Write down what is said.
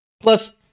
plus